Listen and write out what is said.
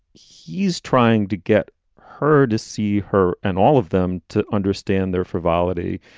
he's trying to get her to see her and all of them to understand their frivolity.